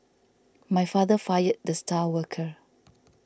my father fired the star worker